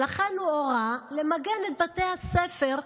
לכן הוא הורה למגן את בתי הספר,